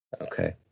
Okay